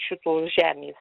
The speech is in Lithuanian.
šitos žemės